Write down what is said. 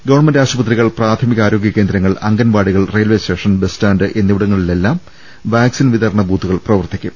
government ആശുപത്രികൾ പ്രാഥമിക ആരോഗ്യ കേന്ദ്രങ്ങൾ അംഗൻവാടിക്കൾ റെയിൽവേ സ്റ്റേഷൻ ബസ് സ്റ്റാന്റ് എന്നി വിട്ടങ്ങളി ലെല്ലാം വാക്സിൻ വിതരണ ബൂത്തൂകൾ പ്രവർത്തിക്കും